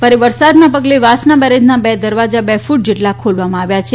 ભારે વરસાદના પગલે વાસણા બેરેજના બે દરવાજા બે ફટ જેટલા ખોલવામાં આવ્યા છે